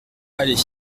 aller